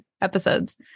episodes